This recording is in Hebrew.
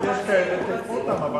אם יש כאלה, תיקחו אותם.